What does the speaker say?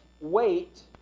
wait